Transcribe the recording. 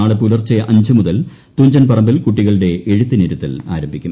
നാളെ പുലർച്ചെ അഞ്ചുമുതൽ തുഞ്ചൻപറന്ടിൽ കുട്ടികളുടെ എഴുത്തിനിരുത്തൽ ആരംഭിക്കും